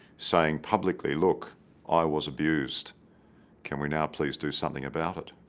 saying publicly. look i was abused can we now please do something about it?